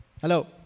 Hello